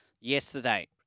yesterday